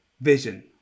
vision